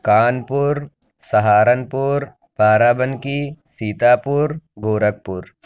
Kanpur Saharanpur Barabanki Sitapur Gorakhpur